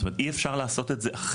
זאת אומרת, אי אפשר לעשות את זה אחרת.